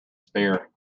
sphere